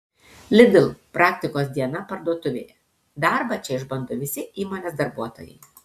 lidl praktikos diena parduotuvėje darbą čia išbando visi įmonės darbuotojai